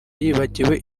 yibagiwe